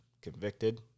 convicted